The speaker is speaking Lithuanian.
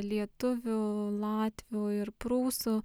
lietuvių latvių ir prūsų